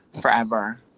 forever